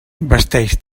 vesteix